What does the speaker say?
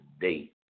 date